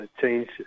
change